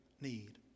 need